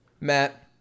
Matt